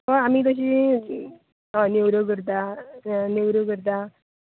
हय आमी तशीं हय नेवऱ्यो करता नेवऱ्यो करता